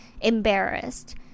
embarrassed